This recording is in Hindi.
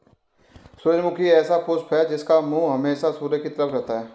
सूरजमुखी ऐसा पुष्प है जिसका मुंह हमेशा सूर्य की तरफ रहता है